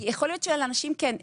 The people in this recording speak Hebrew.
יש אנשים שכן.